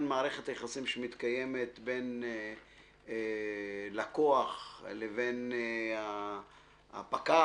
מערכת היחסים שמתקיימת בין לקוח לבין הפקח.